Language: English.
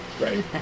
Right